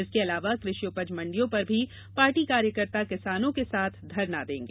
इसके अलावा कृषि उपज मंडियो पर भी पार्टी कार्यकर्ता किसानों के साथ धरना देंगे